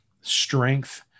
strength